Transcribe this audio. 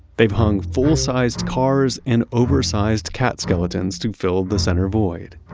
they've hung full-sized cars and oversized cat skeletons to fill the center void.